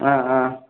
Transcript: ஆ ஆ